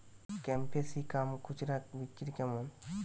Capsicum খুচরা বিক্রি কেমন?